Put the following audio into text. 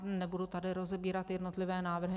Nebudu tady rozebírat jednotlivé návrhy.